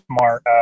smart